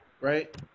right